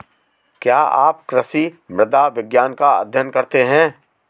क्या आप कृषि मृदा विज्ञान का अध्ययन करते हैं?